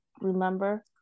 remember